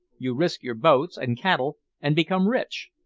you risk your boats and cattle, and become rich.